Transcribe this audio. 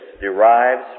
derives